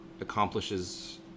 accomplishes